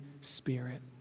Spirit